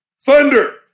Thunder